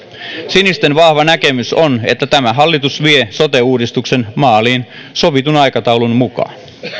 sinisten vahva näkemys on että tämä hallitus vie sote uudistuksen maaliin sovitun aikataulun mukaan